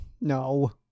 No